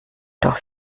doch